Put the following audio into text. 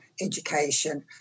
education